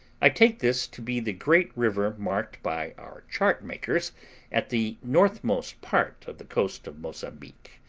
i take this to be the great river marked by our chart-makers at the northmost part of the coast of mozambique,